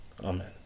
Amen